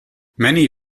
many